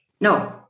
No